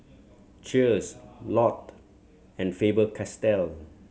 Cheers Lotte and Faber Castell